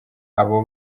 abo